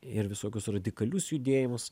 ir visokius radikalius judėjimus